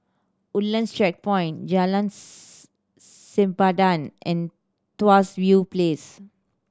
Woodlands Checkpoint Jalan's Sempadan and Tuas View Place